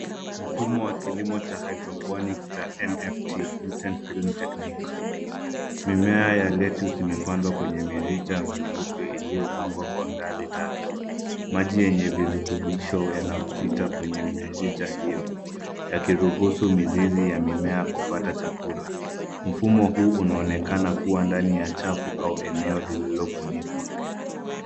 Mfumo wa kilimo cha hydroponics cha NFT Nutrient rich technique mimea ya lettuce imepandwa kwenye mirija nyeupe liyo pangwa kwa ngazi tatu maji yenye virutubisho yanapita kwenye miririja hiyo yaki ruhusu mizizi ya mimea kupata chakula mfumo huu unaonekana kuwa ndani ya chafu au eneo lililofunikwa.